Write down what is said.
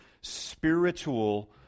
spiritual